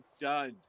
done